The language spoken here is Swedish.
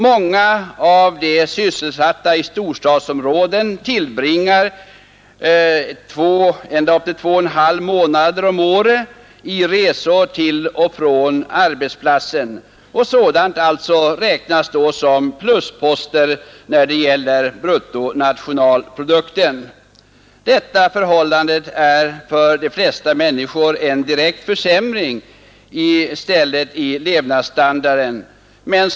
Många av de sysselsatta i storstadsområdena tillbringar ända upp till 2,5 månader om året i resor till och från arbetsplatsen. Sådant räknas som plusposter när det gäller bruttonationalprodukten. Detta förhållande är för de flesta människor i stället en direkt försämring av levnadsstandarden.